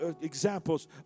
examples